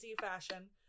fashion